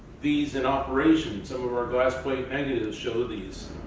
these in operation. some of our glass plate negatives show these,